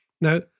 Now